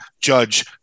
Judge